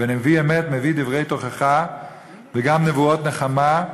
ונביא אמת מביא דברי תוכחה וגם נבואות נחמה,